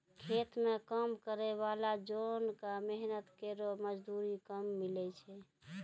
खेती म काम करै वाला जोन क मेहनत केरो मजदूरी कम मिलै छै